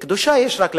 קדושה יש רק לאלוהים,